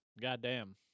goddamn